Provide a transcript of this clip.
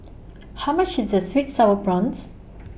How much IS Sweet Sour Prawns